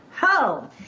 home